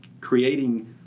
creating